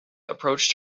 approached